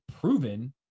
proven